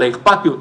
על האכפתיות.